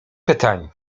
pytań